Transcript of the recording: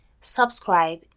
subscribe